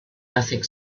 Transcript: nothing